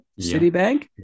Citibank